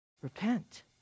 Repent